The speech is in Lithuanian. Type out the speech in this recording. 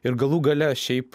ir galų gale šiaip